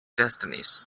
destinies